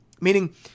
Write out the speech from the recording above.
Meaning